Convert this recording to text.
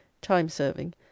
time-serving